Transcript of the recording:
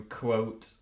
quote